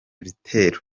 gitero